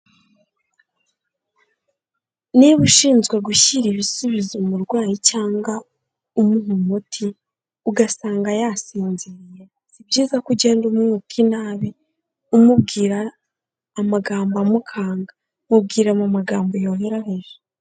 Niba ushinzwe gushyira ibisubizo umurwayi cyangwa umuha umuti, ugasanga yasinziriye si byiza ko ugenda umka inabi, umubwira amagambo amukanga, mubwire mu magambo yoroheje.